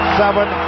seven